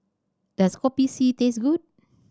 does Kopi C taste good